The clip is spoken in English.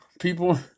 people